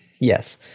yes